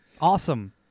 awesome